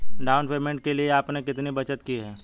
Down payment के लिए आपने कितनी बचत की है?